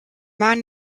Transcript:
man